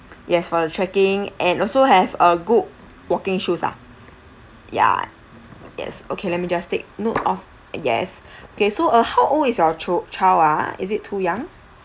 yes for the trekking and also have a good walking shoes lah ya yes okay let me just take note of yes okay so uh how old is your chil~ child ah is it too young